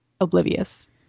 oblivious